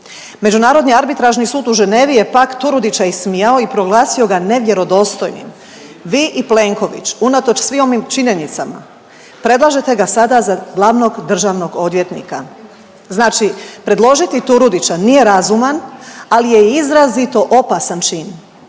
Međunarodni arbitražni sud u Ženevi je pak Turudića ismijao i proglasio ga nevjerodostojnim. Vi i Plenković unatoč svim ovim činjenicama predlažete ga sada za glavnog državnog odvjetnika, znači predložiti Turudića nije razuman, ali je izrazito opasan čin.